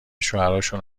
شوهراشون